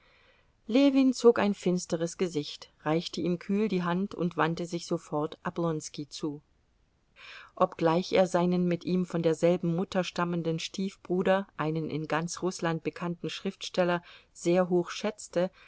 ljewin zog ein finsteres gesicht reichte ihm kühl die hand und wandte sich sofort oblonski zu obgleich er seinen mit ihm von derselben mutter stammenden stiefbruder einen in ganz rußland bekannten schriftsteller sehr hoch schätzte